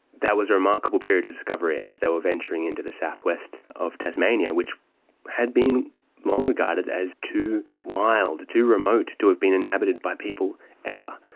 that was a remarkable period of discovery as they were venturing into the south-west of tasmania, which had been long regarded as too wild, too remote to have been inhabited by people ever.